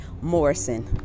morrison